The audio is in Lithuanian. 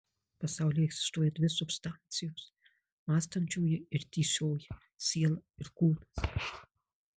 pasaulyje egzistuoja dvi substancijos mąstančioji ir tįsioji siela ir kūnas